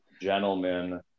Gentlemen